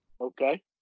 Okay